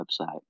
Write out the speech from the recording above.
website